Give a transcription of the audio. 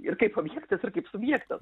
ir kaip objektas ir kaip subjektas